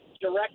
direct